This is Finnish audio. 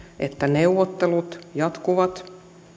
että neuvottelut jatkuvat